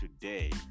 Today